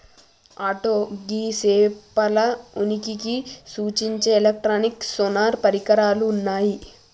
అగో గీ సేపల ఉనికిని సూచించే ఎలక్ట్రానిక్ సోనార్ పరికరాలు ఉన్నయ్యి